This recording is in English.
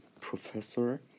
professor